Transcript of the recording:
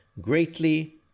Greatly